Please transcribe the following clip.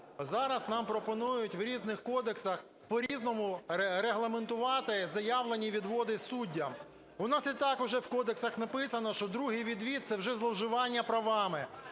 Зараз нам пропонують у різних кодексах по-різному регламентувати заявлені відводи суддям. У нас і так уже в кодексах написано, що другий відвід – це вже зловживання правами,